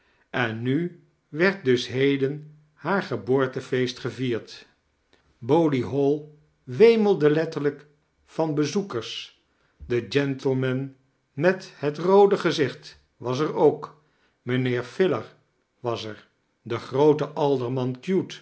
en nu werd dus heden haar geboortefeest gevierd bowley hall wemelde letterlijk van bezoekers de gentleman met het rood gezicht was er ook mijnheer filer was er de groote